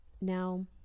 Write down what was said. Now